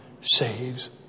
saves